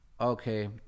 Okay